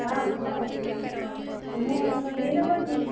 ହଁ ହ୍ୟାଲୋ ମୁଁ ରିଲୁ କହୁଛି